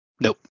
Nope